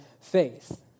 faith